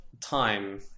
time